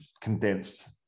condensed